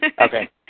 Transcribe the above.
Okay